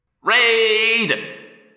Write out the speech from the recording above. Raid